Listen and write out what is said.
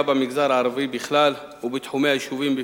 במגזר הערבי בכלל ובתחומי היישובים בפרט.